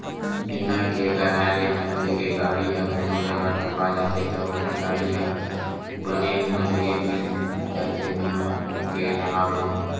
बीमा के कराय ले मनखे के गाड़ी ह कोनो जघा ठोका जाथे त ओखर गाड़ी ह बने बनगे मिल जाथे बीमा के राहब म